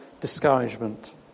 discouragement